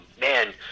man